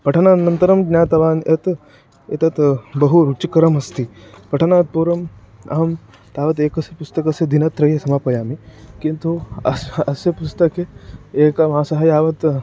पठनानन्तरं ज्ञातवान् यत् एतत् बहु रुचिकरमस्ति पठनात् पूर्वम् अहं तावदेकस्य पुस्तकस्य दिनत्रये समापयामि किन्तु अस्य अस्य पुस्तकस्य एकमासः यावत्